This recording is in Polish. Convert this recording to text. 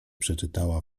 przeczytała